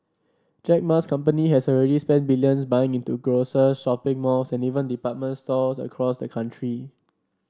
Jack Ma's company has already spent billions buying into grocers shopping malls and even department stores across the country